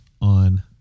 on